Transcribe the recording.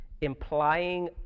implying